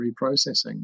reprocessing